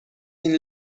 این